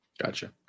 Gotcha